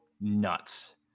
nuts